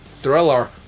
thriller